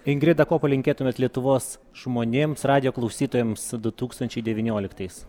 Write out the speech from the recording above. ingrida ko palinkėtumėt lietuvos žmonėms radijo klausytojams du tūkstančiai devynioliktais